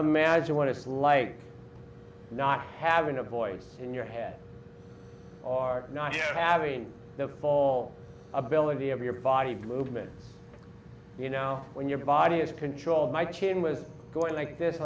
imagine what it's like not having a voice in your head are not having the ball ability of your body movement you know when your body is controlled my chin was going like this